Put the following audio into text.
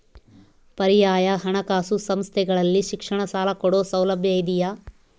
ಪರ್ಯಾಯ ಹಣಕಾಸು ಸಂಸ್ಥೆಗಳಲ್ಲಿ ಶಿಕ್ಷಣ ಸಾಲ ಕೊಡೋ ಸೌಲಭ್ಯ ಇದಿಯಾ?